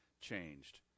changed